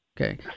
Okay